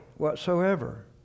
whatsoever